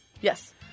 Yes